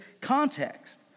context